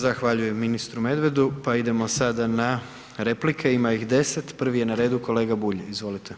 Zahvaljujem ministru Medvedu, pa idemo sada na replike ima ih 10, prvi je na redu kolega Bulj, izvolite.